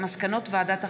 מסקנות ועדת החינוך,